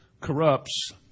corrupts